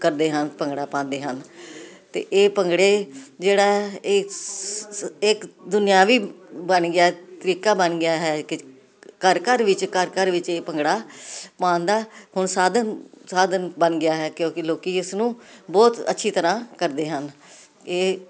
ਕਰਦੇ ਹਨ ਭੰਗੜਾ ਪਾਉਂਦੇ ਹਨ ਤੇ ਇਹ ਭੰਗੜੇ ਜਿਹੜਾ ਇਹ ਇਸ ਇੱਕ ਦੁਨਿਆਵੀ ਬਣ ਗਿਆ ਤਰੀਕਾ ਬਣ ਗਿਆ ਹੈ ਘਰ ਘਰ ਵਿੱਚ ਘਰ ਘਰ ਵਿੱਚ ਇਹ ਭੰਗੜਾ ਪਾਂਦਾ ਹੁਣ ਸਾਧਨ ਸਾਧਨ ਬਣ ਗਿਆ ਹੈ ਕਿਉਂਕਿ ਲੋਕੀ ਇਸ ਨੂੰ ਬਹੁਤ ਅੱਛੀ ਤਰਾਂ ਕਰਦੇ ਹਨ ਇਹ